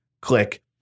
Click